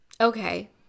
Okay